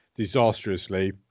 disastrously